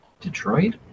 Detroit